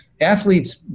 Athletes